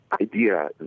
idea